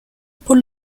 por